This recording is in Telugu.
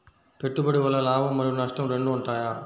పెట్టుబడి వల్ల లాభం మరియు నష్టం రెండు ఉంటాయా?